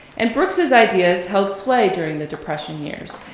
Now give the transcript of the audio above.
and brooks's ideas held sway during the depression years.